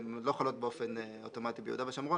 הן לא חלות באופן אוטומטי ביהודה ושומרון